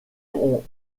ont